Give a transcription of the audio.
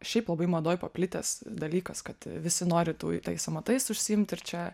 šiaip labai madoj paplitęs dalykas kad visi nori tų amatais užsiimt ir čia